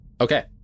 Okay